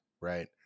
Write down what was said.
right